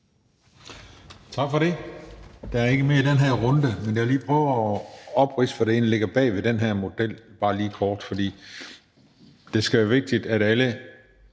Tak for det. Der er ikke mere i denne runde. Men jeg vil lige prøve at opridse, hvad der egentlig ligger bag den her model, bare lige kort. For det er vigtigt, at alle